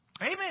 Amen